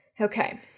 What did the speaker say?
Okay